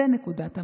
זו נקודת המוצא.